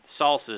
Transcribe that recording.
salsas